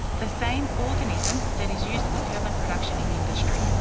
the same organism that is used for curdlan production in industry.